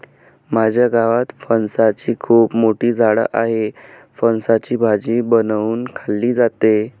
माझ्या गावात फणसाची खूप मोठी झाडं आहेत, फणसाची भाजी बनवून खाल्ली जाते